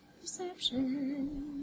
Perception